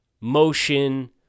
motion